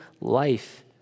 life